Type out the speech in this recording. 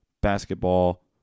basketball